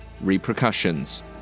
repercussions